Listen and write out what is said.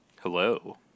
Hello